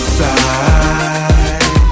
side